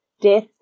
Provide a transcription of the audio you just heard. death